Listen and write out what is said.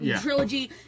trilogy